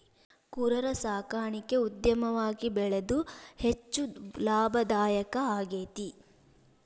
ಕುರರ ಸಾಕಾಣಿಕೆ ಉದ್ಯಮವಾಗಿ ಬೆಳದು ಹೆಚ್ಚ ಲಾಭದಾಯಕಾ ಆಗೇತಿ